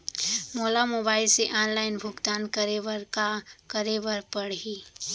मोला मोबाइल से ऑनलाइन भुगतान करे बर का करे बर पड़ही?